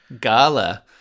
gala